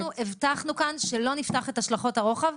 אנחנו הבטחנו כאן שלא נפתח את השלכות הרוחב.